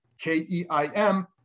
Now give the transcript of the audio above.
K-E-I-M